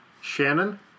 Shannon